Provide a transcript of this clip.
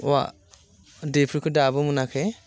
औवा देफोरखौ दाबो मोनाखै